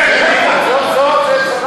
זה לא צחוק,